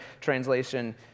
translation